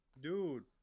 Dude